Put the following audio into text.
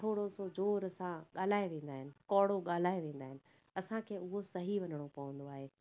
थोरो सो जोर सां ॻाल्हाए वेंदा आहिनि कौड़ो ॻाल्हाए वेंदा आहिनि असांखे उहो सही वञणो पवंदो आहे